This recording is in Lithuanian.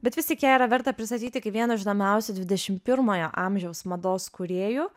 bet vis tik ją yra verta pristatyti kaip vieną žinomiausių dvidešimt pirmojo amžiaus mados kūrėjų